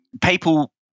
people